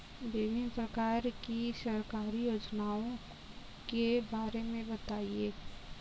विभिन्न प्रकार की सरकारी योजनाओं के बारे में बताइए?